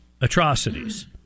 atrocities